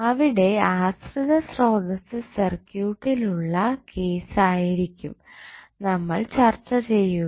അവിടെ ആശ്രിത സ്രോതസ്സ് സർക്യൂട്ടിൽ ഉള്ള കേസ് ആയിരിക്കും നമ്മൾ ചർച്ച ചെയ്യുക